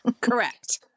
Correct